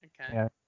okay